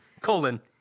colon